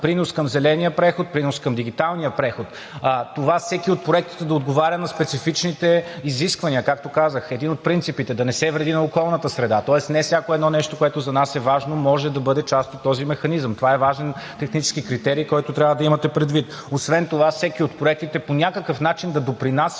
принос към зеления преход, принос към дигиталния преход, това всеки от проектите да отговаря на специфичните изисквания, както казах, един от принципите – да не се вреди на околната среда. Тоест не всяко едно нещо, което за нас е важно, може да бъде част от този механизъм. Това е важен технически критерий, който трябва да имате предвид. Освен това всеки от проектите по някакъв начин да допринася